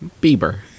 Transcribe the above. Bieber